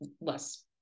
less